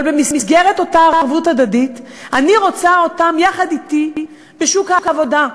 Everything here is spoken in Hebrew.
אבל במסגרת אותה ערבות הדדית אני רוצה אותם יחד אתי בשוק העבודה.